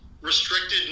restricted